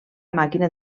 màquina